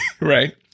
right